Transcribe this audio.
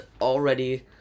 already